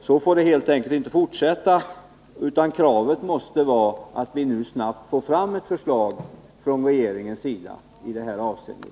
Så får det helt enkelt inte fortsätta, utan vi måste kräva att snabbt få ett förslag från regeringen i det här avseendet.